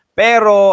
pero